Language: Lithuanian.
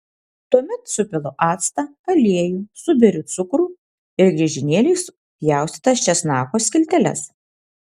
tuomet supilu actą aliejų suberiu cukrų ir griežinėliais pjaustytas česnako skilteles